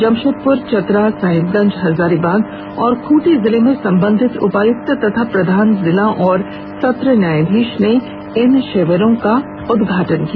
जमशेदपुर चतरा साहिबगंज हजारीबाग और खूंटी जिले में संबंधित उपायुक्त एवं प्रधान जिला एवं सत्र न्यायाधीश ने इन शिविरों का उद्घाटन किया